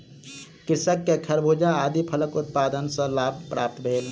कृषक के खरबूजा आदि फलक उत्पादन सॅ लाभ प्राप्त भेल